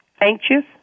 anxious